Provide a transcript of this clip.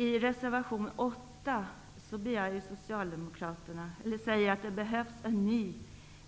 I reservation 8 säger Socialdemokraterna att det behövs en ny,